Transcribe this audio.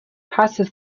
passes